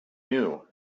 knew